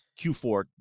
q4